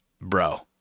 bro